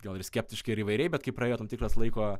gal ir skeptiškai ir įvairiai bet kai praėjo tam tikras laiko